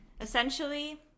essentially